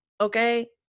Okay